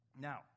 Now